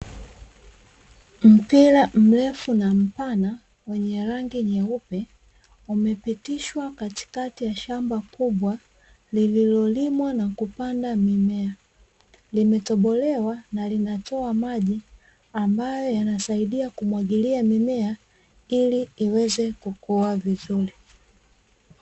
Mpira mrefu na mpana wenye rangi nyeupe, umepitishwa katikati ya shamba kubwa lililolimwa na kupandwa mimea. Limetobolewa na linatoa maji ambayo yanasaidia kumwagilia mimea ili iweze kukua vizuri.